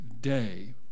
day